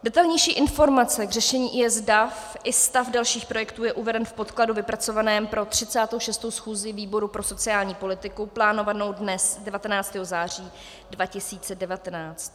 Detailnější informace k řešení IS DAV i stav dalších projektů je uveden v podkladu vypracovaném pro 36. schůzi výboru pro sociální politiku plánovanou dne 19. září 2019.